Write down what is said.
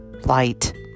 light